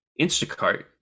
Instacart